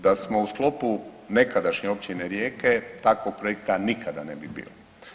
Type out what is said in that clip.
Da smo u sklopu nekadašnje općine Rijeke takvog projekta nikada ne bi bilo.